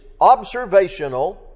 observational